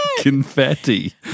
confetti